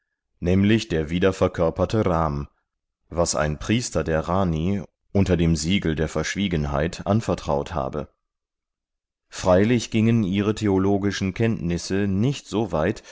nämlich der wiederverkörperte rm was ein priester der rani unter dem siegel der verschwiegenheit anvertraut habe freilich gingen ihre theologischen kenntnisse nicht so weit